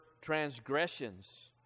transgressions